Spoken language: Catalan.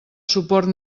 suport